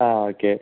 ആ ഓക്കെ